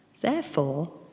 Therefore